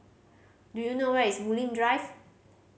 do you know where is Bulim Drive